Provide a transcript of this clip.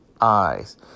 eyes